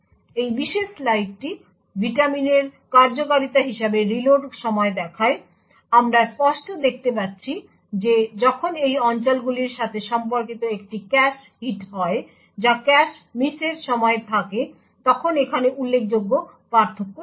এই বিশেষ স্লাইডটি ভিটামিনের কার্যকারিতা হিসাবে রিলোড সময় দেখায় আমরা স্পষ্ট দেখতে পাচ্ছি যে যখন এই অঞ্চলগুলির সাথে সম্পর্কিত একটি ক্যাশে হিট হয় যা ক্যাশ মিসের সময় থাকে তখন এখানে উল্লেখযোগ্য পার্থক্য থাকে